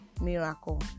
miracle